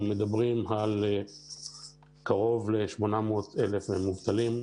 אנחנו מדברים על קרוב ל-800,000 מובטלים,